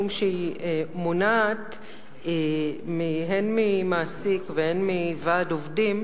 משום שהיא מונעת הן ממעסיק והן מוועד עובדים